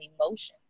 emotions